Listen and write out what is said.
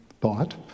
thought